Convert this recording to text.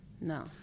No